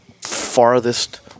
farthest